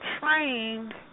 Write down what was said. trained